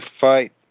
fight